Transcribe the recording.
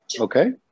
Okay